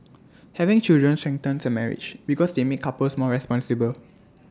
having children strengthens A marriage because they make couples more responsible